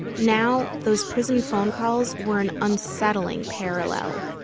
now, those prison phone calls were an unsettling parallel.